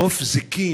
חוף זיקים,